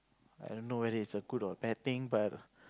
I don't know whether it's a good or bad thing but